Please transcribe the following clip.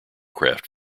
craft